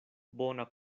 bona